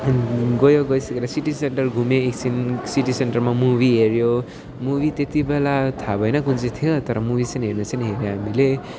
गयो गइसकेर city centre घुमेँ एकछिन सिटी सेन्टरमा मुभी हेऱ्यो मुभी त्यति बेला थाहा भएन कुन चाहिँ थियो तर मुभी चाहिँ हेर्नु चाहिँ हेऱ्यो हामीले